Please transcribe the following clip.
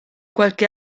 qualche